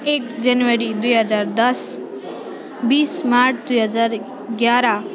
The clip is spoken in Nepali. एक जनवरी दुई हजार दस बिस मार्च दुई हजार एघार